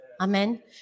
Amen